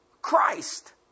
Christ